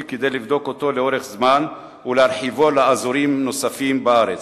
כדי לבדוק אותו לאורך זמן ולהרחיבו לאזורים נוספים בארץ.